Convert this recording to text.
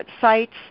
sites